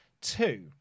Two